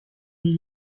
die